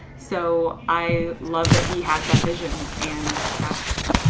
so i love that he has that vision and that's,